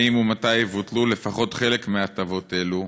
האם ומתי יבוטלו לפחות חלק מההטבות האלה,